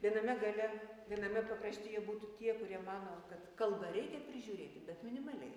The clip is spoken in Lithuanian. viename gale viename pakraštyje būtų tie kurie mano kad kalbą reikia prižiūrėti bet minimaliai